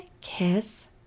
kiss